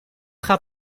gaat